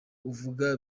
uvuga